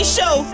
Show